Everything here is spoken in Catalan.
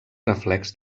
reflex